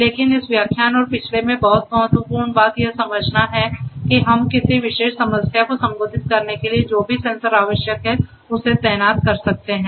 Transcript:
लेकिन इस व्याख्यान और पिछले में बहुत महत्वपूर्ण बात यह समझना है कि हम किसी विशेष समस्या को संबोधित करने के लिए जो भी सेंसर आवश्यक हैं उसे तैनात कर सकते हैं